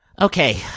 Okay